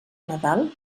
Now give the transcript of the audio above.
nadal